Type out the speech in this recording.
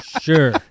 sure